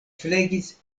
flegis